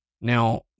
Now